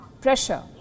Pressure